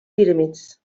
pyramids